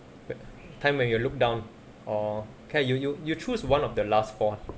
uh time when you look down or K you you you choose one of the last four